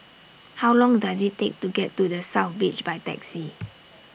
How Long Does IT Take to get to The South Beach By Taxi